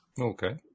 Okay